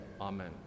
Amen